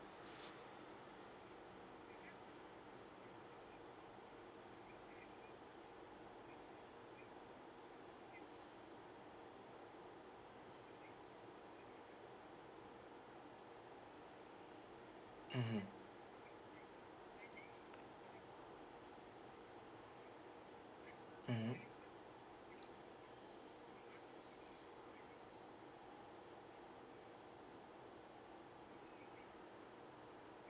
mmhmm mmhmm